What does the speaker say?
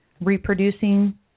reproducing